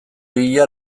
hila